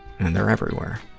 and they're everywhere.